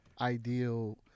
ideal